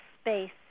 space